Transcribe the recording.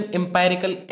empirical